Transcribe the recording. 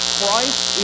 Christ